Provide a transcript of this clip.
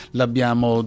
L'abbiamo